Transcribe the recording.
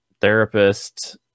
therapist